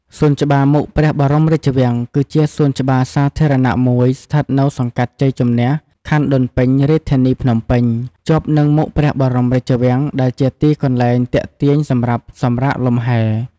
សួនច្បារមុខព្រះបរមរាជវាំង គឺជាសួនច្បារសាធារណៈមួយស្ថិតនៅសង្កាត់ជ័យជំនះ ខណ្ឌដូនពេញ រាជធានីភ្នំពេញ ជាប់នឹងមុខព្រះបរមរាជវាំង ដែលជាទីកន្លែងទាក់ទាញសម្រាប់ សម្រាកលំហែ។